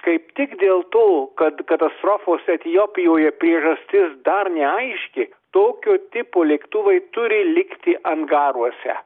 kaip tik dėl to kad katastrofos etiopijoje priežastys dar neaiški tokio tipo lėktuvai turi likti angaruose